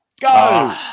Go